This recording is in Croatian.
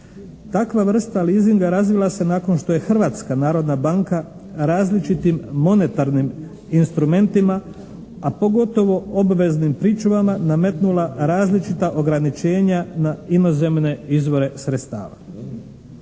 Takva vrsta leasinga razvila se nakon što je Hrvatska narodna banka različitim monetarnim instrumentima, a pogotovo obveznim pričuvama nametnula različita ograničenja na inozemne izvore sredstava.